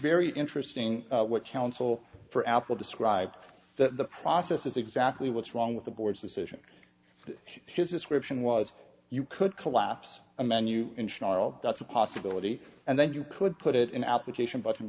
very interesting what counsel for apple described the process is exactly what's wrong with the board's decision his description was you could collapse a menu in general that's a possibility and then you could put it in application